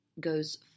goes